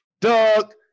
Doug